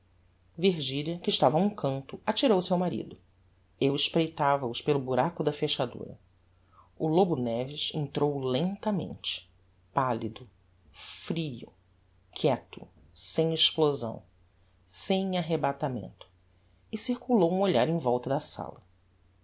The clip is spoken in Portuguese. virgilia que estava a um canto atirou-se ao marido eu espreitava os pelo buraco da fechadura o lobo neves entrou lentamente pallido frio quieto sem explosão sem arrebatamento e circulou um olhar em volta da sala